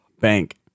bank